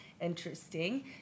interesting